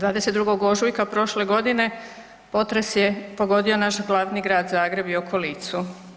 22. ožujka prošle godine potres je pogodio naš glavni grad Zagreb i okolicu.